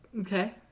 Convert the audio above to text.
Okay